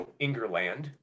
Ingerland